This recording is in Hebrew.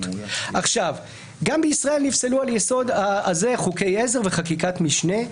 זה ייתקל בצעקות ובקטיעות,